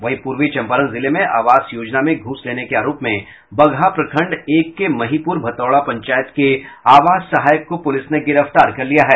वहीं पूर्वी चंपारण जिले में आवास योजना में घूस लेने के आरोप में बगहा प्रखण्ड एक के महिपूर भतौड़ा पंचायत के आवास सहायक को पुलिस ने गिरफ्तार कर लिया है